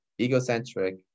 egocentric